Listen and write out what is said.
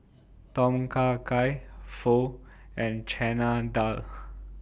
Tom Kha Gai Pho and Chana Dal